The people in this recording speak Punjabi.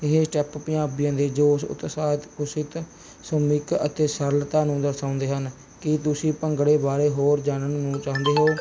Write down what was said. ਇਹ ਸਟੈਪ ਪੰਜਾਬੀਆਂ ਦੇ ਜੋਸ਼ ਉਤਸ਼ਾਹਿਤ ਖੁਸ਼ਿਤ ਸੂਮਿਤ ਅਤੇ ਸਰਲਤਾ ਨੂੰ ਦਰਸਾਉਂਦੇ ਹਨ ਕੀ ਤੁਸੀਂ ਭੰਗੜੇ ਬਾਰੇ ਹੋਰ ਜਾਣਨ ਨੂੰ ਚਾਹੁੰਦੇ ਹੋ